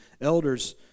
elders